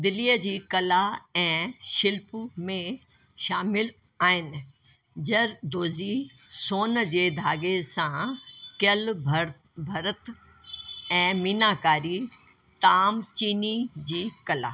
दिल्ली जी कला ऐं शिल्प में शामिलु आहिनि ज़रदोज़ी सोन जे धागे॒ सां कयलु भरत ऐं मीनाकारी तामचीनी जी कला